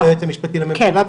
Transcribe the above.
ליועץ המשפטי לממשלה,